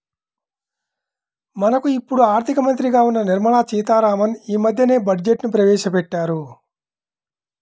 మనకు ఇప్పుడు ఆర్థిక మంత్రిగా ఉన్న నిర్మలా సీతారామన్ యీ మద్దెనే బడ్జెట్ను ప్రవేశపెట్టారు